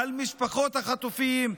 על משפחות החטופים,